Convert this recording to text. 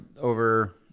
Over